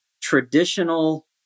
traditional